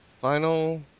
Final